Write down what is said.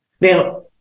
Now